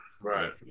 Right